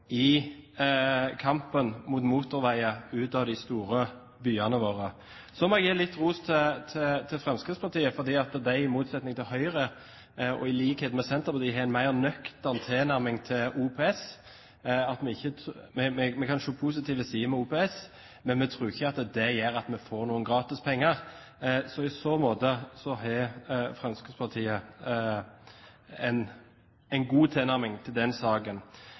i kampen mot motorveier ut av de store byene våre. Så må jeg gi litt ros til Fremskrittspartiet fordi de, i motsetning til Høyre og i likhet med Senterpartiet, har en mer nøktern tilnærming til OPS. Vi kan se positive sider ved OPS, men vi tror ikke det gjør at vi får noen gratis penger. I så måte har Fremskrittspartiet en god tilnærming til den saken.